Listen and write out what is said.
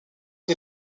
des